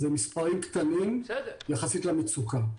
אלה מספרים קטנים יחסית למצוקה.